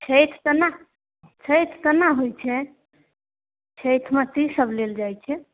छठि तेना छठि केना होइ छै छठिमे तीसभ लेल जाइ छै